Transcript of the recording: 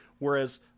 Whereas